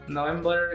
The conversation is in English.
November